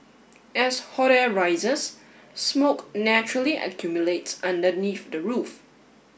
as hot air rises smoke naturally accumulates underneath the roof